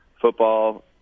football